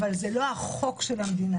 אבל זה לא החוק של המדינה,